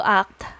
act